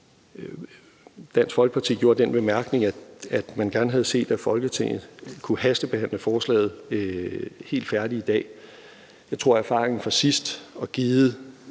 Dansk Folkeparti gjorde den bemærkning, at man gerne havde set, at Folketinget kunne hastebehandle forslaget helt færdigt i dag. Jeg tror, at givet erfaringen fra sidst og det,